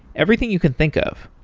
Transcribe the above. everything you can think of.